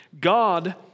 God